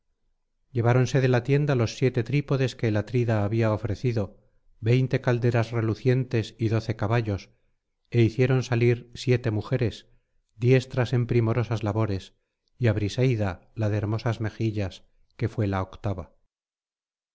lleváronse de la tiéndalos siete trípodes que el atrida había ofrecido veinte calderas relucientes y doce caballos é hicieron salir siete mujeres diestras en primorosas labores y á briseida la de hermosas mejillas que fué la octava